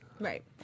Right